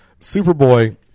Superboy